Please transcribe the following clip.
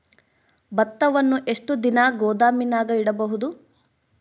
ಭತ್ತವನ್ನು ಎಷ್ಟು ದಿನ ಗೋದಾಮಿನಾಗ ಇಡಬಹುದು?